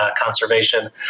conservation